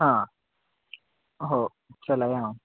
हा हो चला या मग